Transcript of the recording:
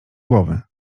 głowy